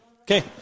Okay